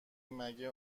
مگه